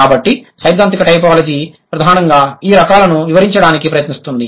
కాబట్టి సైద్ధాంతిక టైపోలాజీ ప్రధానంగా ఈ రకాలను వివరించడానికి ప్రయత్నిస్తుంది